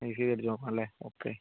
E C G അടിച്ച് നോക്കണമല്ലേ okay